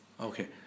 Okay